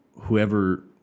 whoever